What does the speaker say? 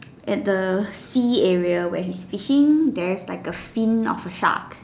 at the sea area where he's fishing there is like a fin of a shark